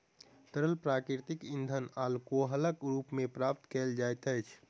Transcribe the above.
तरल प्राकृतिक इंधन अल्कोहलक रूप मे प्राप्त कयल जाइत अछि